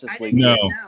No